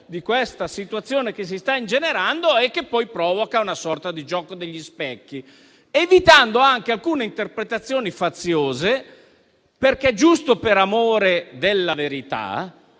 di questa situazione che si sta ingenerando e che poi provoca una sorta di gioco degli specchi, evitando anche alcune interpretazioni faziose, giusto per amore della verità.